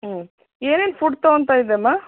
ಹ್ಞೂ ಏನೇನು ಫುಡ್ ತಗೊತಾ ಇದೀಯಮ್ಮ